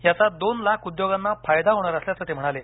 याचा दोन लाख उद्योगांना फायदा होणार असल्याचं ते म्हणाले